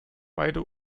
beide